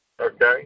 Okay